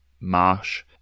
Marsh